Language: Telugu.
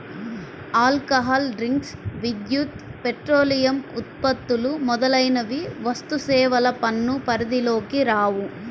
ఆల్కహాల్ డ్రింక్స్, విద్యుత్, పెట్రోలియం ఉత్పత్తులు మొదలైనవి వస్తుసేవల పన్ను పరిధిలోకి రావు